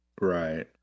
Right